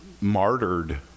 martyred